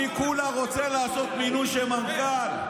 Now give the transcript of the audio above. אני כולה רוצה לעשות מינוי של מנכ"ל,